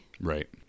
Right